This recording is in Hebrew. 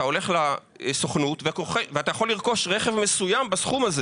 אתה הולך לסוכנות ואתה יכול לרכוש רכב מסוים בסכום הזה